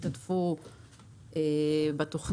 שזה עסקים קטנים.